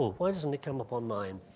why doesn't it come up on mine?